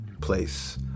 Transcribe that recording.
place